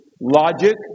logic